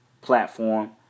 platform